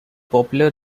popular